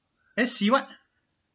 S_C what